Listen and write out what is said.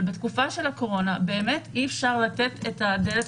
אבל בתקופה של הקורונה באמת אי-אפשר לתת את הדלת